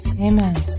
Amen